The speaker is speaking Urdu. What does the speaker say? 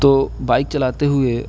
تو بائک چلاتے ہوئے